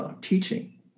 Teaching